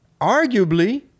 arguably